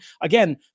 Again